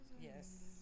Yes